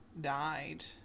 died